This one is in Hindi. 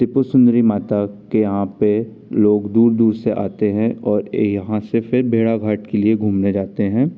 त्रिपुर सुंदरी माता के यहाँ पे लोग दूर दूर से आते हैं और ये यहाँ से फिर भेड़ाघाट के लिए घूमने जाते हैं